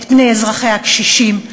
את פני אזרחיה הקשישים,